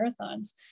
marathons